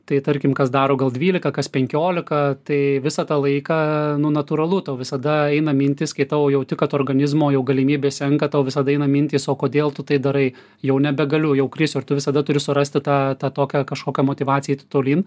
tai tarkim kas daro gal dvylika kas penkiolika tai visą tą laiką nu natūralu tau visada eina mintys kai tavo jauti kad organizmo jau galimybės senka tau visada eina mintys o kodėl tu tai darai jau nebegaliu jau krisiu ir tu visada turi surasti tą tą tokią kažkokią motyvaciją eiti tolyn